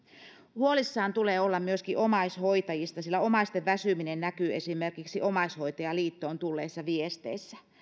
huolissaan tulee olla myöskin omaishoitajista sillä omaisten väsyminen näkyy esimerkiksi omaishoitajaliittoon tulleissa viesteissä